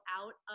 out